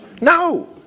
No